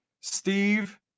Steve